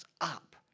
up